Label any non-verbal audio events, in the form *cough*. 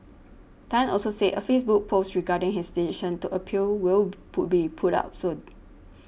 Tan also said a Facebook post regarding his decision to appeal will *noise* put be up soon